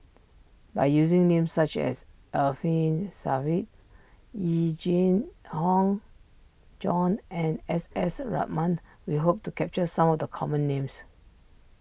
by using names such as Alfian Sa'At Yee Jenn hong Jong and S S Ratnam we hope to capture some of the common names